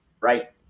Right